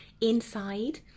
inside